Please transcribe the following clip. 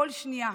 כל שנייה,